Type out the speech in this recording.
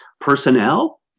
personnel